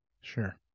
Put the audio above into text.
Sure